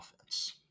offense